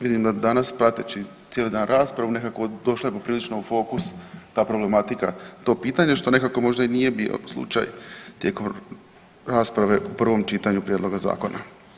Vidim da danas prateći cijeli dan raspravu nekako došlo je poprilično u fokus ta problematika, to pitanje, što nekako možda i nije bio slučaj tijekom rasprave u prvom čitanju prijedloga zakona.